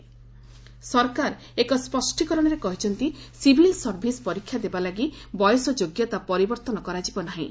govt UPSC ସରକାର ଏକ ସ୍ୱଷ୍ଟୀକରଣରେ କହିଛନ୍ତି ସିଭିଲ୍ ସର୍ଭିସ୍ ପରୀକ୍ଷା ଦେବାଲାଗି ବୟସ ଯୋଗ୍ୟତା ପରିବର୍ତ୍ତନ କରାଯିବ ନାହିଁ